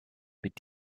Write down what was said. mit